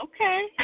Okay